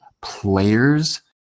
player's